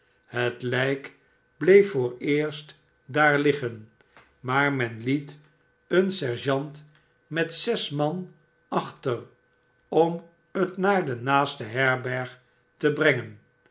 het lijk bleef vooreerst daar liggen maar men het een sergeant met zes man achter om het naar de naaste herberg te brengen